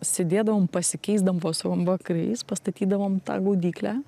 sėdėdavom pasikeisdavmos vakarais pastatydavom tą gaudyklę